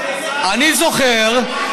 אדוני, זה אותו הדבר?